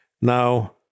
Now